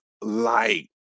light